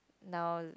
now